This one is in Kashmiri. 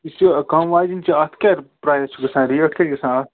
یُس یہِ کَم واجیٚنۍ چھِ اَتھ کیٛاہ پرٛایِز چھُ گَژھان ریٹ کیٛاہ چھِ گژھان اَتھ